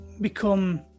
become